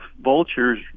vultures